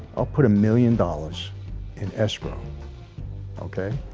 i'll put a million dollars in escrow okay,